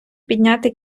підняти